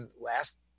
last